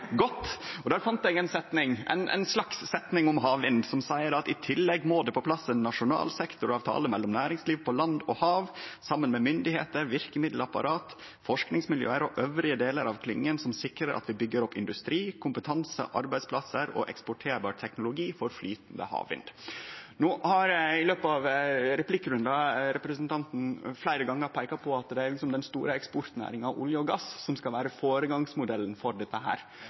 godt, og der fann eg ei setning om havvind som seier: «I tillegg må det på plass en nasjonal sektoravtale mellom næringsliv på land og hav, sammen med myndigheter, virkemiddelapparat, forskningsmiljøer og øvrige deler av klyngen som sikrer at det bygges opp industri, kompetanse, arbeidsplasser og eksporterbar teknologi for flytende havvind.» No har i løpet av replikkrunden representanten fleire gonger peika på at det er den store eksportnæringa olje og gass som skal vere føregangsmodellen for dette.